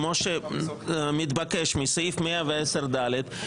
כמו שמתבקש מסעיף 110(ד) ,